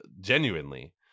genuinely